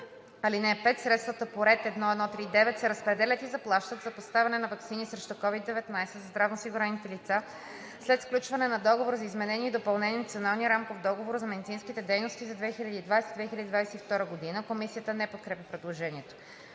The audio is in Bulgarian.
„ал. 5. Средствата по ред 1.1.3.9. се разпределят и заплащат за поставяне на ваксини срещу COVID-19 за здравноосигурените лица след сключване на договор за изменение и допълнение на Националния рамков договор за медицинските дейности за 2020 – 2022 г.“ Комисията не подкрепя предложението.